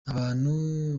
abantu